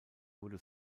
wurde